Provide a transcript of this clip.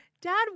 Dad